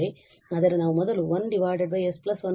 ಆದರೆ ನಾವು ಮೊದಲು ಈ 1 s121 ನ ಲ್ಯಾಪ್ಲೇಸ್ ವಿಲೋಮವನ್ನು ಪಡೆಯಬೇಕು